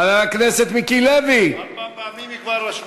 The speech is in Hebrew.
חבר הכנסת מיקי לוי, ארבע פעמים כבר רשמו אותך.